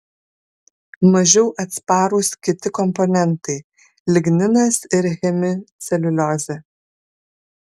mažiau atsparūs kiti komponentai ligninas ir hemiceliuliozė